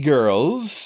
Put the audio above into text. Girls